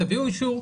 תביאו אישור,